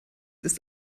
ist